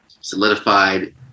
solidified